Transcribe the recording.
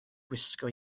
gwisgo